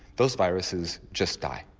those viruses just die.